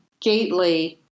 gately